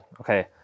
Okay